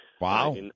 Wow